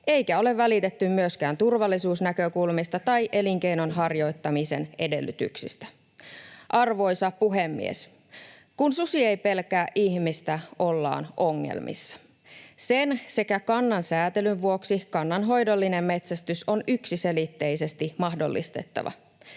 eikä ole välitetty myöskään turvallisuusnäkökulmista tai elinkeinon harjoittamisen edellytyksistä. Arvoisa puhemies! Kun susi ei pelkää ihmistä, ollaan ongelmissa. Sen sekä kannansäätelyn vuoksi kannanhoidollinen metsästys on yksiselitteisesti mahdollistettava.